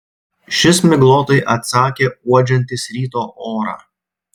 šis miglotai atsakė uodžiantis ryto orą